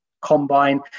combine